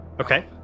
Okay